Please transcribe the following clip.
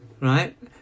right